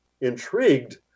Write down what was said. intrigued